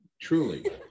truly